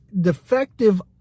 defective